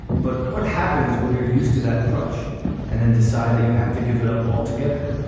but what happens when you're used to that crutch and then decide that you have to give it up altogether?